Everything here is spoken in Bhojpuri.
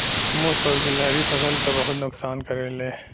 मुस और गिलहरी फसल क बहुत नुकसान करेले